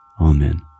Amen